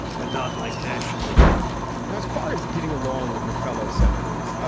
but not like nationally now, as far as getting along with your fellow senators,